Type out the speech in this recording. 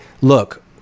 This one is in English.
look